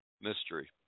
mystery